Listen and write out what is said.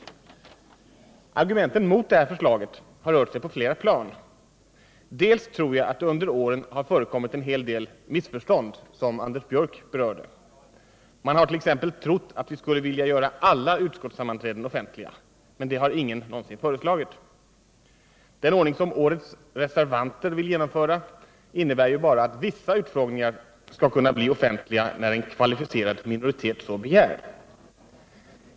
Argumenten mot det här förslaget har rört sig på flera plan. Dels tror jag att det under åren har förekommit en hel del missförstånd, som Anders Björck berörde. Man hart.ex. trott att vi skulle vilja göra alla utskottssammanträden offentliga, men det har ingen någonsin föreslagit. Den ordning som årets reservanter vill genomföra innebär ju bara att vissa utfrågningar skall kunna bli offentliga när en kvalificerad minoritet så begär.